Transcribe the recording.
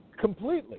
Completely